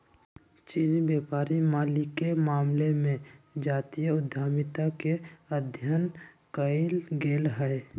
चीनी व्यापारी मालिके मामले में जातीय उद्यमिता के अध्ययन कएल गेल हइ